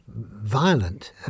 violent